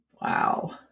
Wow